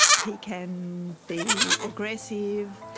he can be aggressive,